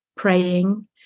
praying